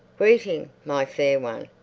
greeting, my fair one!